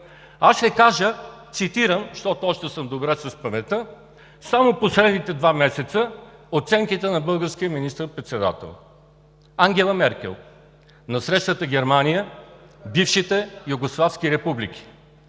Ще кажа, цитирам, защото още съм добре с паметта, само в последните два месеца оценките за българския министър-председател: Ангела Меркел: на срещата Германия – бившите югославски републики,